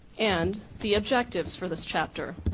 and the objectives for this chapter,